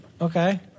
Okay